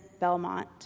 Belmont